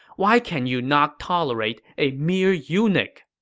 why can you not tolerate a mere eunuch?